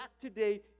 today